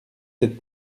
sept